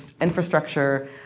infrastructure